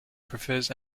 prefers